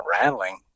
rattling